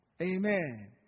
Amen